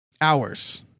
hours